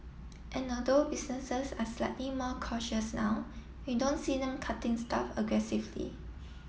and although businesses are slightly more cautious now we don't see them cutting staff aggressively